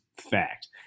fact